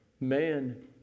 man